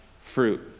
fruit